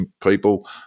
people